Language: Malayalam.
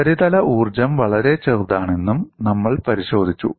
ഉപരിതല ഊർജ്ജം വളരെ ചെറുതാണെന്നും നമ്മൾ പരിശോധിച്ചു